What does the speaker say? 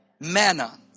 Manna